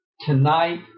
tonight